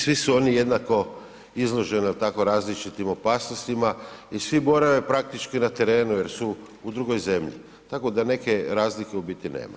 U biti svi su oni jednako izloženi tako različitim opasnostima i svi borave praktički na terenu jer su u drugoj zemlji, tako da neke razlike u biti nema.